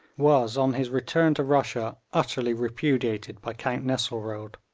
was on his return to russia utterly repudiated by count nesselrode.